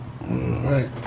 Right